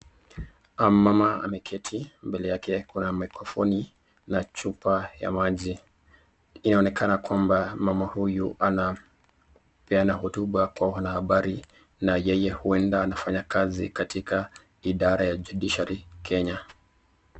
Mama ameketi, mbele yake kuna maikrofoni na chupa ya maji. Inaonekana kwamba mama huyu anapeana hotuba kwa wanahabari na yeye huenda anafanya kazi katika idara ya judiciary , Kenya.